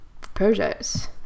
projects